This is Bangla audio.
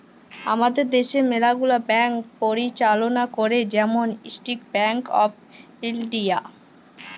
আমাদের দ্যাশে ম্যালা গুলা ব্যাংক পরিচাললা ক্যরে, যেমল ইস্টেট ব্যাংক অফ ইলডিয়া